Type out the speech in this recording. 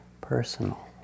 personal